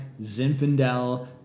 zinfandel